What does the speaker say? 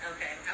Okay